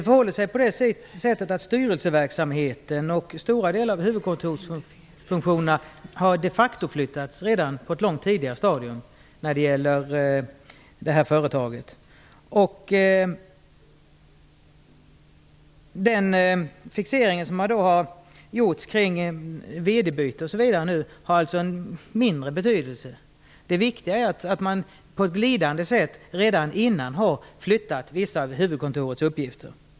Fru talman! Styrelseverksamheten och stora delar av huvudkontorsfunktionen för det här företaget har de facto flyttats på ett tidigare stadium. Den fixering som nu har gjorts kring VD-bytet har en mindre betydelse. Det viktiga är att man redan tidigare har flyttat vissa av huvudkontorets uppgifter.